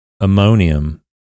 ammonium